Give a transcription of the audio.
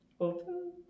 Open